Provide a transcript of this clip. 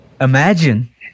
Imagine